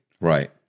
Right